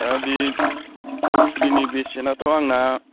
दा बे गय फुलिनि बेसेनाथ' आंना